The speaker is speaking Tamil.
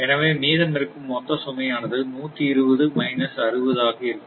எனவே மீதமிருக்கும் மொத்த சுமையானது 120 மைனஸ் 60 ஆக இருக்கும்